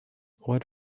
what